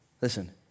Listen